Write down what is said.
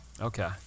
Okay